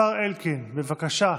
השר אלקין, בבקשה,